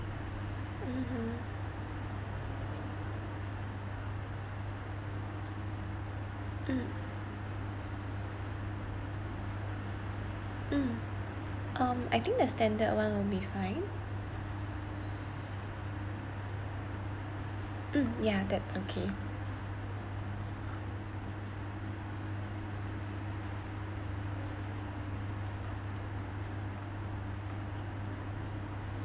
mmhmm mm mm um I think the standard one will be fine mm yeah that's okay